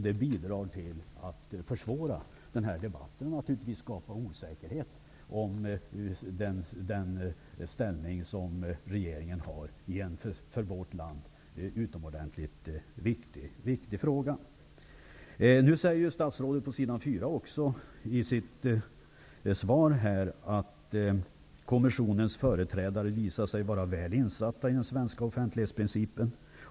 Det bidrar till att försvåra den här debatten och naturligtvis till att skapa osäkerhet om regerings inställning i en för vårt land utomordentligt viktig fråga. På s. 4 i sitt svar säger statsrådet att Kommissionens företrädare är väl insatta i den svenska offentlighetsprincipen.